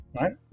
right